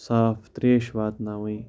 صاف ترٛیش واتناوٕنۍ